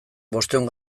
bostehun